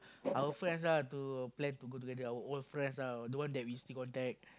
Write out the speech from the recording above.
our friends ah to plan to go together our old friends ah that one that we still contact